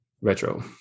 retro